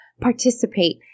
Participate